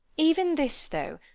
even this, though,